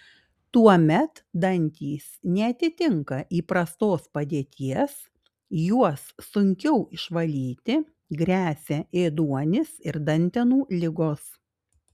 tuomet dantys neatitinka įprastos padėties juos sunkiau išvalyti gresia ėduonis ir dantenų ligos